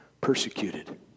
persecuted